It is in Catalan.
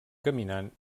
caminant